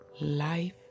life